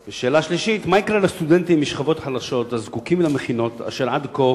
3. מה יקרה לסטודנטים משכבות חלשות הזקוקים למכינות ועד כה